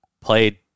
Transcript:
played